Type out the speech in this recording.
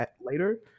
later